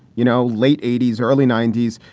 you know, late eighty s, early ninety s,